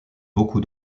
beaucoup